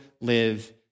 live